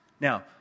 Now